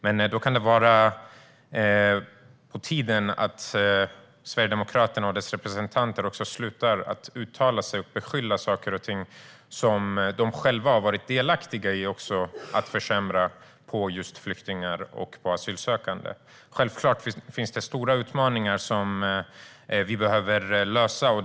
Det kan vara på tiden att Sverigedemokraterna och dess representanter slutar att uttala sig om och skylla saker och ting som de själva har varit delaktiga i att försämra på flyktingar och asylsökande. Självklart finns det stora utmaningar som vi behöver ta oss an.